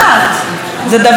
זה דבר דרמטי.